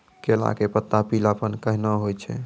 केला के पत्ता पीलापन कहना हो छै?